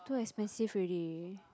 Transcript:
too expensive already